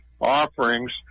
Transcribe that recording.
offerings